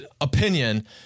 opinion